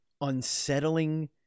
unsettling